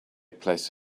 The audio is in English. placed